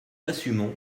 assumons